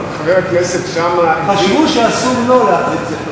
חבר הכנסת שאמה, חשבו שאסור לו להחזיק ספר תורה.